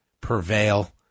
prevail